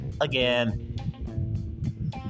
again